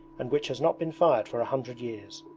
and which has not been fired for a hundred years.